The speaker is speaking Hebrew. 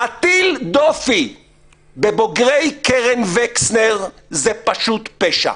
להטיל דופי בבוגרי קרן וקסנר זה פשוט פשע.